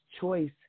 choice